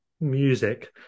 music